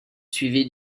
suivi